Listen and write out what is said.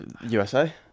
USA